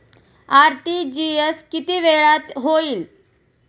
RTGS किती वेळात होईल?